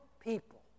people